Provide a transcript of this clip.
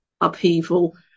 upheaval